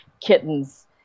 kittens